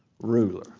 ruler